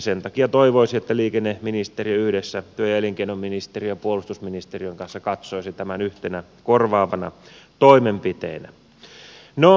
sen takia toivoisin että liikenneministeriö yhdessä työ ja elinkeinoministeriön ja puolustusministeriön kanssa katsoisi tämän yhtenä korvaavana toimenpiteenä